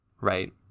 Right